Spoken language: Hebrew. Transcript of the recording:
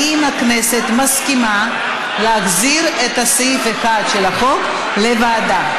אם הכנסת מסכימה להחזיר את סעיף 1 של החוק לוועדה.